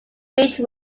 speech